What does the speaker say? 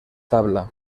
tabla